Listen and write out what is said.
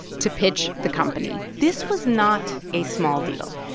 to pitch the company this was not a small deal.